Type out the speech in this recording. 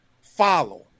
follow